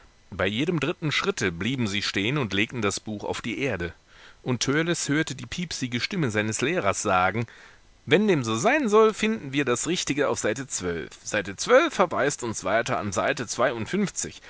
bei jedem dritten schritte blieben sie stehen und legten das buch auf die erde und törleß hörte die piepsige stimme seines lehrers sagen wenn dem so sein soll finden wir das richtige auf seite zwölf seite zwölf verweist uns weiter an seite zweiundfünfzig